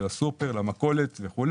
לסופר, למכולת וכולי.